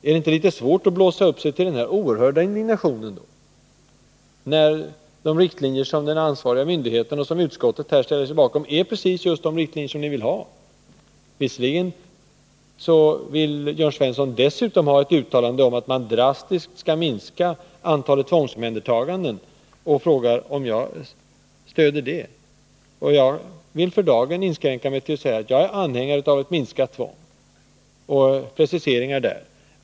Är det inte litet svårt att blåsa upp sig till denna oerhörda indignation, när de riktlinjer som ansvariga myndigheter och utskottet ställer sig bakom är just precis de riktlinjer ni vill ha? Visserligen vill Jörn Svensson dessutom ha ett uttalande om att man drastiskt skall minska antalet tvångsomhändertaganden och frågar om jag stöder det, men jag vill för dagen inskränka mig till att säga att jag är anhängare av ett minskat tvång och vill ha preciseringar på den punkten.